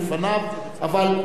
אני אומר,